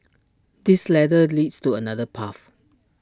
this ladder leads to another path